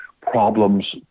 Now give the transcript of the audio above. problems